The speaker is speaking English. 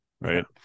right